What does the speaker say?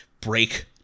break